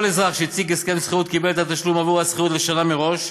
כל אזרח שהציג הסכם שכירות קיבל את התשלום בעבור השכירות לשנה מראש,